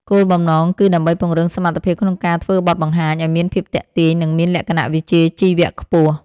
គោលបំណងគឺដើម្បីពង្រឹងសមត្ថភាពក្នុងការធ្វើបទបង្ហាញ ឱ្យមានភាពទាក់ទាញ និងមានលក្ខណៈវិជ្ជាជីវៈខ្ពស់។